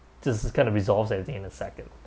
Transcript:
just just kind of resolves everything in a second